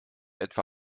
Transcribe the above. etwa